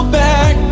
back